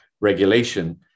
Regulation